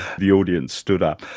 the audience stood up.